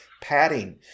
padding